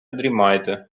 дрімайте